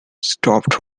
stopped